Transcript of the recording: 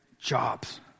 jobs